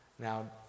Now